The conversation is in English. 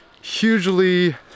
hugely